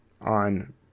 on